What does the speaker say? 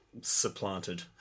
supplanted